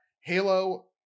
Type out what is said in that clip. Halo